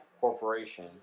Corporation